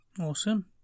Awesome